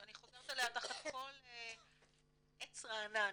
שאני חוזרת עליה תחת כל עץ רענן.